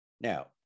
Now